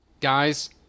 Guys